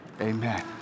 Amen